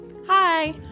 Hi